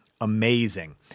amazing